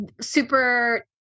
super